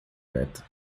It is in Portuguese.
neta